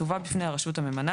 תובא בפני הרשות הממנה,